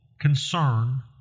concern